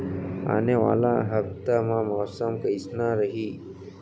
आने वाला हफ्ता मा मौसम कइसना रही?